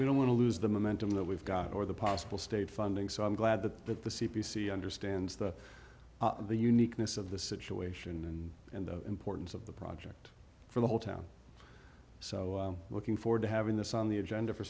we don't want to lose the momentum that we've got or the possible state funding so i'm glad that the c b c understands the the uniqueness of the situation and the importance of the project for the whole town so looking forward to having this on the agenda for